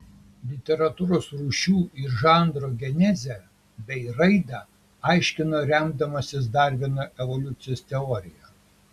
literatūros rūšių ir žanrų genezę bei raidą aiškino remdamasis darvino evoliucijos teorija